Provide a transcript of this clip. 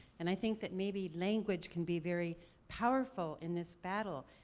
and i think that maybe language can be very powerful in this battle,